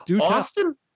Austin